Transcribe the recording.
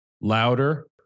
louder